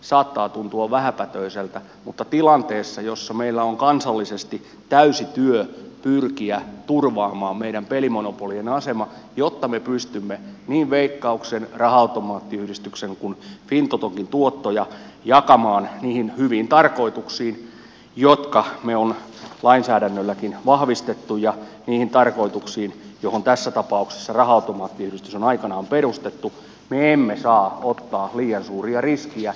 saattaa tuntua vähäpätöiseltä mutta tilanteessa jossa meillä on kansallisesti täysi työ pyrkiä turvaamaan meidän pelimonopoliemme asema jotta me pystymme niin veikkauksen raha automaattiyhdistyksen kuin fintotonkin tuottoja jakamaan niihin hyviin tarkoituksiin jotka me olemme lainsäädännölläkin vahvistaneet ja niihin tarkoituksiin joita varten tässä tapauksessa raha automaattiyhdistys on aikanaan perustettu me emme saa ottaa liian suuria riskejä